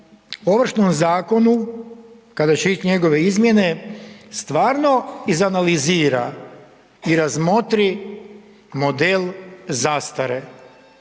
Ovršnom zakonu kada će ići njegove izmjene stvarno izanalizira i razmotri model zastare